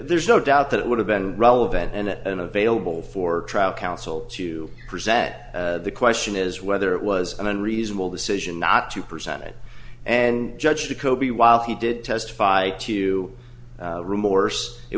there's no doubt that it would have been relevant and available for trial counsel to present the question is whether it was an unreasonable decision not to present it and judge the coby while he did testify to remorse it